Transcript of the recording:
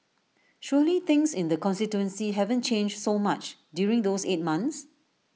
surely things in the constituency haven't changed so much during those eight months